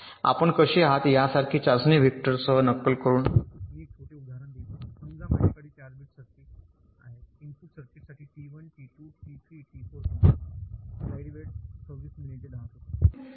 आपण कसे आहात यासारखे चाचणी व्हेक्टरसह नक्कल करून मी एक छोटे उदाहरण देत आहे समजा माझ्याकडे 4 बिट सर्किट आहेत इनपुट सर्किट्ससाठी T1 T2 T3 T4 समजू